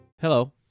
Hello